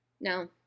No